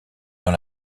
dans